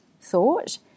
thought